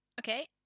Okay